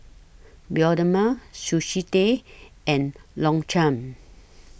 Bioderma Sushi Tei and Longchamp